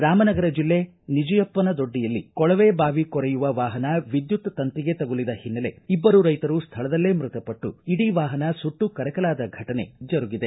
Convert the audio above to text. ರಾಮನಗರ ಜಿಲ್ಲೆ ನಿಜಿಯಪ್ಪನದೊಡ್ಡಿಯಲ್ಲಿ ಕೊಳವೆ ಬಾವಿ ಕೊರೆಯುವ ವಾಹನ ವಿದ್ಯುತ್ ತಂತಿಗೆ ತಗುಲಿದ ಹಿನ್ನೆಲೆ ಇಬ್ಬರು ರೈತರು ಸ್ಥಳದಲ್ಲೇ ಮೃತಪಟ್ಟು ಇಡೀ ವಾಹನ ಸುಟ್ಟು ಕರಕಲಾದ ಫಟನೆ ಜರುಗಿದೆ